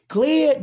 Clear